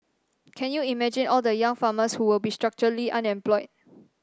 can you imagine all the young farmers who will be structurally unemployed